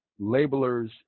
labelers